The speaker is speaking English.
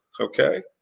okay